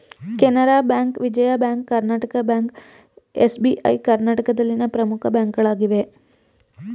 Canara bank, Vijaya bank, Karnataka bank, SBI ಕರ್ನಾಟಕದಲ್ಲಿನ ಪ್ರಮುಖ ಬ್ಯಾಂಕ್ಗಳಾಗಿವೆ